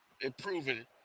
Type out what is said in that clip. improving